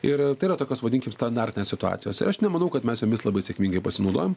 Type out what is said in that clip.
ir tai yra tokios vadinkim standartinės situacijos ir aš nemanau kad mes jomis labai sėkmingai pasinaudojam